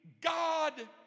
God